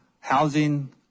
Housing